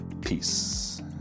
Peace